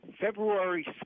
February